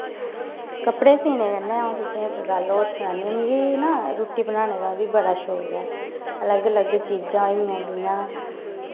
कपड़े सीने कन्नै अ'ऊं तुसें गी इक गल्ल होर सनान्नी आं मिगी ना रुट्टी बनाने दा बी बड़ा शौक ऐ अलग अलग चीजां होई गेइयां जि'यां